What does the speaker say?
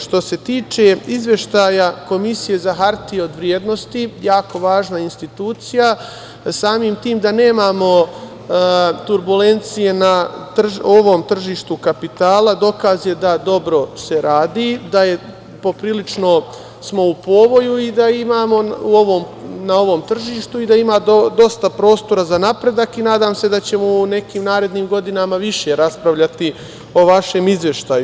Što se tiče Izveštaja Komisije za hartije od vrednosti, jako važna institucija, samim tim da nemamo turbulencije na ovom tržištu kapitala dokaz je da se dobro radi, da smo poprilično u povoju na ovom tržištu i da ima dosta prostora za napredak i nadam se da ćemo u nekim narednim godinama više raspravljati o vašem izveštaju.